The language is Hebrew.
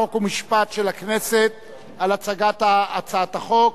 חוק ומשפט של הכנסת על הצגת הצעת החוק.